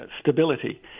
stability